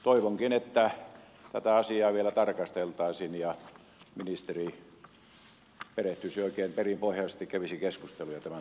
toivonkin että tätä asiaa vielä tarkasteltaisiin ja ministeri perehtyisi oikein perinpohjaisesti kävisi keskusteluja tämän asian johdosta